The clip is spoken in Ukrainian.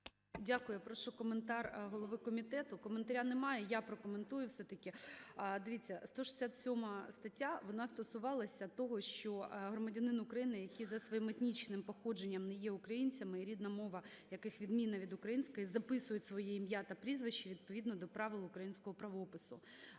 Дякую. Прошу коментар голови комітету. Коментаря немає. Я прокоментую все-таки. Дивіться, 167 стаття, вона стосувалася того, що громадянин України, який за своїм етнічним походженням не є українцем і рідна мова яких відмінна від української, записують своє ім'я та прізвище відповідно до правил українського правопису.